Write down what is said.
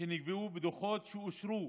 שנקבעו בדוחות שאושרו